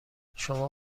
شما